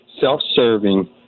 self-serving